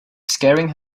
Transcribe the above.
scaring